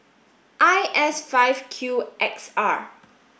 I S five Q X R